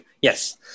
Yes